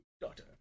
daughter